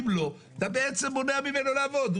אם לא אתה בעצם מונע ממנו לעבוד.